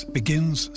begins